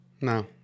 No